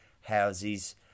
houses